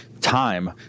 time